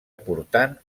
aportant